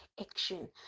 action